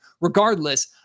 Regardless